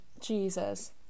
jesus